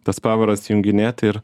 tas pavaras junginėti ir